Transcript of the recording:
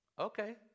Okay